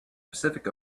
pacific